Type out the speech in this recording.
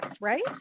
right